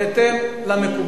מה פתאום?